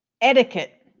Etiquette